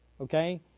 Okay